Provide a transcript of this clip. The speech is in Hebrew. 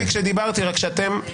זה מה שניסיתי כשדיברתי, רק שאתם קטעתם.